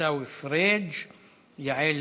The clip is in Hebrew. עיסאווי פריג'; יעל גרמן,